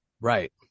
Right